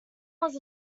was